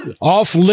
Off